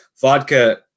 vodka